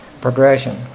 Progression